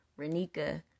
Renika